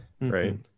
Right